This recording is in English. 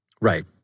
Right